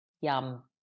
yum